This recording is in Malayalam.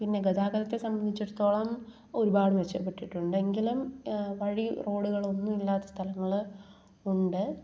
പിന്നെ ഗതാഗതത്തെ സംബന്ധിച്ചിടത്തോളം ഒരുപാട് മെച്ചപ്പെട്ടിട്ടുണ്ട് എങ്കിലും വഴി റോഡുകൾ ഒന്നും ഇല്ലാത്ത സ്ഥലങ്ങൾ ഉണ്ട്